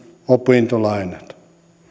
opintolainat